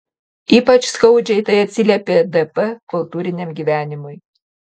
ypač skaudžiai tai atsiliepė dp kultūriniam gyvenimui